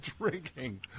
drinking